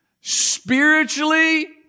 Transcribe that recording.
Spiritually